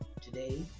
today